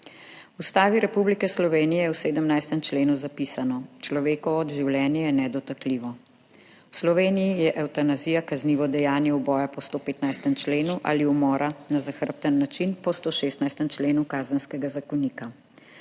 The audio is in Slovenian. V Ustavi Republike Slovenije je v 17. členu zapisano: »Človekovo življenje je nedotakljivo.« V Sloveniji je evtanazija kaznivo dejanje uboja po 115. členu ali umora na zahrbten način po 116. členu Kazenskega zakonika.